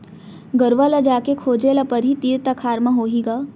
गरूवा ल जाके खोजे ल परही, तीर तखार म होही ग